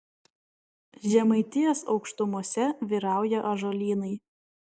žemaitijos aukštumose vyrauja ąžuolynai